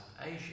Asia